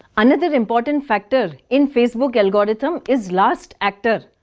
another important factor in facebook algotithm is last actor.